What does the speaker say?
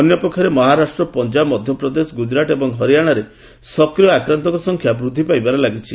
ଅନ୍ୟ ପକ୍ଷରେ ମହାରାଷ୍ଟ୍ର ପଞ୍ଜାବ ମଧ୍ୟପ୍ରଦେଶ ଗୁଜରାଟ ଏବଂ ହରିଆଣାରେ ସକ୍ରିୟ ଆକ୍ରାନ୍ତଙ୍କ ସଂଖ୍ୟା ବୃଦ୍ଧି ପାଇବାରେ ଲାଗିଛି